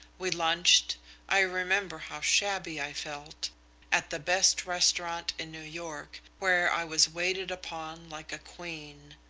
we lunched i remember how shabby i felt at the best restaurant in new york, where i was waited upon like a queen.